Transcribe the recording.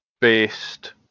based